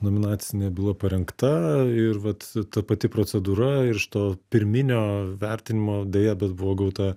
nominacinė byla parengta ir vat ta pati procedūra ir iš to pirminio vertinimo deja bet buvo gauta